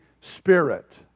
Spirit